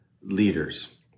leaders